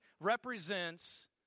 represents